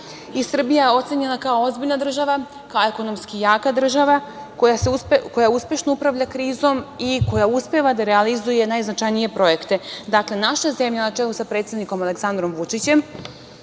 Srbija je ocenjena kao ozbiljna država, kao ekonomski jaka država, koja uspešno upravlja krizom i koja uspeva da realizuje najznačajnije projekte. Dakle, naša zemlja, na čelu sa predsednikom Aleksandrom Vučićem,